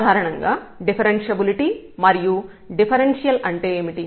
సాధారణంగా డిఫరెన్ష్యబిలిటీ మరియు డిఫరెన్షియల్ అంటే ఏమిటి